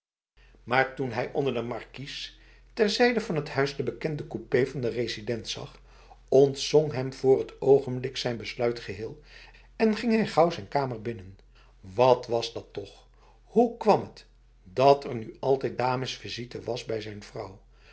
maar toen hij onder de marquise ter zijde van het huis de bekende coupé van de resident zag ontzonk hem voor het ogenblik zijn besluit geheel en ging hij gauw zijn kamer binnen wat was dat toch hoe kwam het dat er nu altijd damesvisite was bij zijn vrouw